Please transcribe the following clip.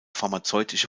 pharmazeutische